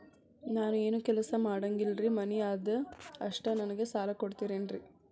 ನಾನು ಏನು ಕೆಲಸ ಮಾಡಂಗಿಲ್ರಿ ಮನಿ ಅದ ಅಷ್ಟ ನನಗೆ ಸಾಲ ಕೊಡ್ತಿರೇನ್ರಿ?